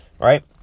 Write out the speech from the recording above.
right